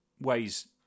ways